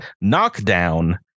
knockdown